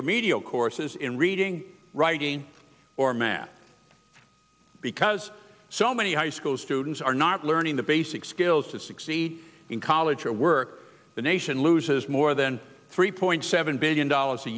remedial courses in reading writing or math because so many high school students are not learning the basic skills to succeed in college or work the nation loses more than three point seven billion dollars a